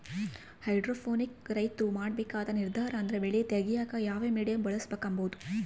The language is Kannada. ಹೈಡ್ರೋಪೋನಿಕ್ ರೈತ್ರು ಮಾಡ್ಬೇಕಾದ ನಿರ್ದಾರ ಅಂದ್ರ ಬೆಳೆ ತೆಗ್ಯೇಕ ಯಾವ ಮೀಡಿಯಮ್ ಬಳುಸ್ಬಕು ಅಂಬದು